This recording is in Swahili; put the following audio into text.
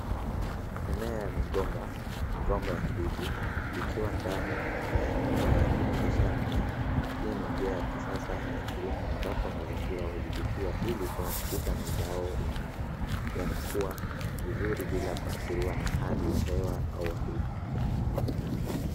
Mimea ya mgomba, migomba ya ndizi ikiwa ndani ya nyumba ya kuoteshea mimea. Hii ni njia ya kisasa ya kilimo ambapo mazingira ya hudhibitiwa ili kuhakikisha mazao yanakuwa vizuri bila kuadhiriwa na hali ya hewa au wadudu.